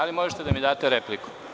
Da li možete da mi date repliku?